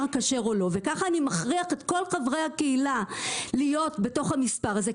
כשר או לא וכך אני מכריח את כל חברי הקהילה להיות בתוך המספר הזה.